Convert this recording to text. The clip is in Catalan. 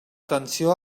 atenció